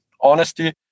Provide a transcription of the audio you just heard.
honesty